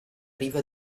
riva